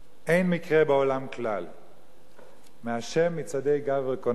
"אין מקרה בעולם כלל"; "מה' מצעדי גבר כוננו".